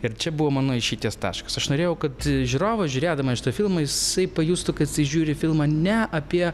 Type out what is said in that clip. ir čia buvo mano išeities taškas aš norėjau kad žiūrovas žiūrėdamas filmą jisai pajustų kad jisai žiūri filmą ne apie